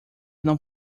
não